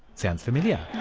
sounds familiar?